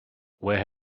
where